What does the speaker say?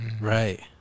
Right